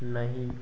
नहीं